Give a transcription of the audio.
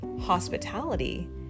hospitality